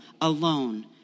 alone